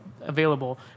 available